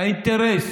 האינטרס